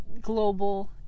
global